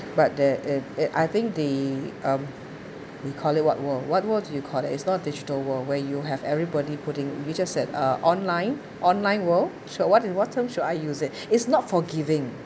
but the the I think the um we call it what world what world do you call that it's not digital world where you have everybody putting you just said uh online online world so what do you what term should I use it it's not forgiving